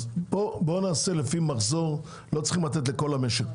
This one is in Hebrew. אז בואו נעשה את זה לפי מחזור; לא צריך לתת לכל המשק,